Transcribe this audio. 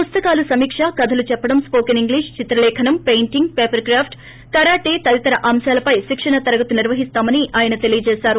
పుస్తకాలు సమీక కథలు చెప్పడం న్పోకెన్ ఇంగ్లీష్ చిత్రలేఖనం painting paper craft dance drama yoga karate తదితర అంశాలపై శిక్షణ తరగతులు నిర్వహిస్తామని ఆయన తెలియజేశారు